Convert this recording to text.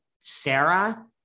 Sarah